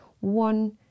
one